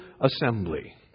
assembly